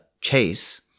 chase